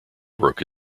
broke